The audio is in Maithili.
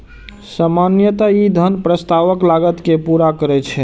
सामान्यतः ई धन प्रस्तावक लागत कें पूरा करै छै